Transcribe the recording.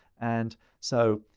and so,